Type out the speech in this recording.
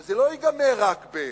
אבל זה לא ייגמר רק בגירושים,